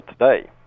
today